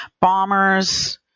Bombers